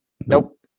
Nope